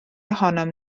ohonom